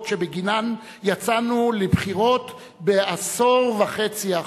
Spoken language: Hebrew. שבגינן יצאנו לבחירות בעשור וחצי האחרונים.